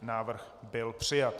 Návrh byl přijat.